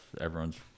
everyone's